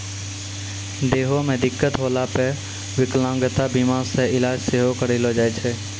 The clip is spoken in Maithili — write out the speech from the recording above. देहो मे दिक्कत होला पे विकलांगता बीमा से इलाज सेहो करैलो जाय छै